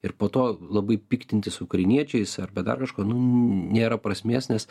ir poto labai piktintis ukrainiečiais arba dar kažką nu nėra prasmės nes